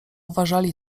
uważali